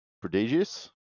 Prodigious